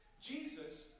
Jesus